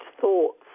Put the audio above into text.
thoughts